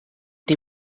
dem